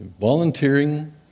Volunteering